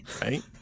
Right